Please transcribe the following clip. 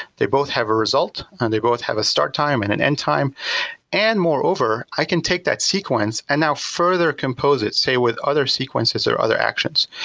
they both have a result and they both have a start time and an end time and more over, i can take that sequence and now further compose it say with other sequences or other actions.